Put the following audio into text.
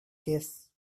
case